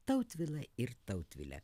tautvilą ir tautvilę